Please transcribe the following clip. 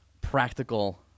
practical